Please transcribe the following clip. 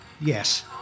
yes